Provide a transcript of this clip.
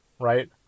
right